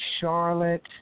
Charlotte